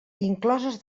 incloses